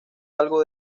algo